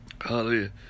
Hallelujah